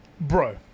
Bro